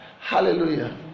Hallelujah